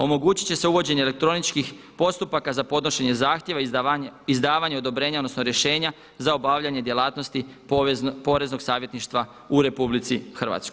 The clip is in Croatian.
Omogućiti će se uvođenje elektroničkih postupaka za podnošenje zahtjeva, izdavanje odobrenja, odnosno rješenja za obavljanje djelatnosti poreznog savjetništva u RH.